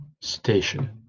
station